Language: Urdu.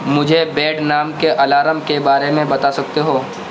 مجھے بیڈ نام کے الارم کے بارے میں بتا سکتے ہو